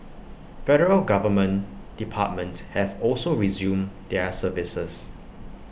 federal government departments have also resumed their services